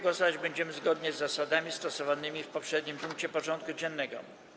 Głosować będziemy zgodnie z zasadami stosowanymi w poprzednim punkcie porządku dziennego.